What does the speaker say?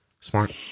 Smart